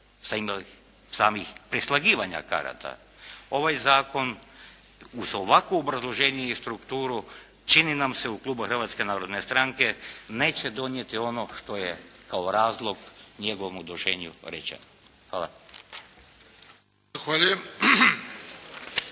razloga samih preslagivanja karata ovaj Zakon uz ovakvo obrazloženje i strukturu čini nam se u klubu Hrvatske narodne stranke neće donijeti ono što je kao razlog njegovomu donošenju rečeno. Hvala.